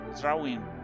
drawing